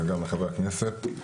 וגם לחברי הכנסת.